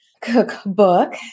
cookbook